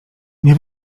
nie